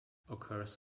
occurs